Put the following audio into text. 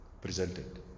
presented